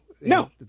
No